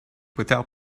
without